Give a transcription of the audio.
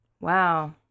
Wow